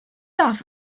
darf